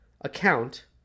account